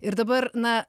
ir dabar na